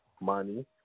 money